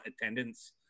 attendance